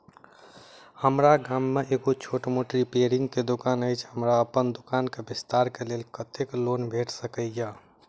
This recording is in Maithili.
हम्मर गाम मे एगो छोट मोट रिपेयरिंग केँ दुकान अछि, हमरा अप्पन दुकान केँ विस्तार कऽ लेल कत्तेक लोन भेट सकइय?